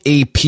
AP